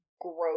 gross